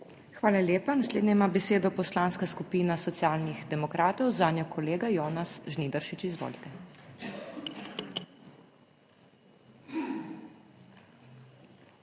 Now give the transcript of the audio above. Hvala lepa. Naslednja ima besedo Poslanska skupina Socialnih demokratov, zanjo kolega Jonas Žnidaršič, izvolite.